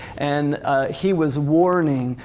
and he was warning,